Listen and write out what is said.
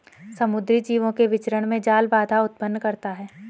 समुद्री जीवों के विचरण में जाल बाधा उत्पन्न करता है